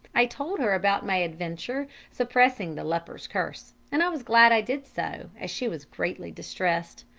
i told her about my adventure, suppressing the leper's curse and i was glad i did so, as she was greatly distressed.